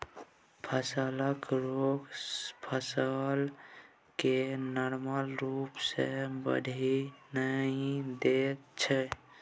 फसलक रोग फसल केँ नार्मल रुप सँ बढ़य नहि दैत छै